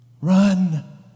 run